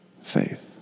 faith